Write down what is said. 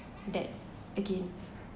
that again